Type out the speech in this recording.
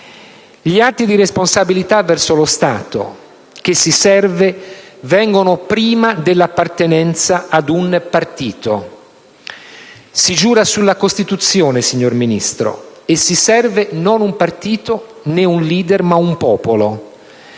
Gli atti di responsabilità verso lo Stato che si serve vengono prima dell'appartenenza ad un partito. Si giura sulla Costituzione, signor Ministro, e si serve non un partito, né un *leader*, ma un popolo.